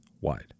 wide